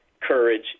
courage